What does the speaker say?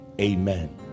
Amen